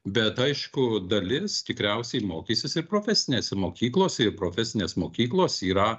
bet aišku dalis tikriausiai mokysis ir profesinėse mokyklose ir profesinės mokyklos yra